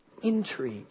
Intrigue